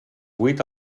vuit